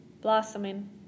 blossoming